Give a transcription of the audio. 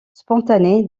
spontané